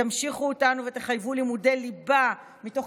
תמשיכו אותנו ותחייבו לימודי ליבה מתוך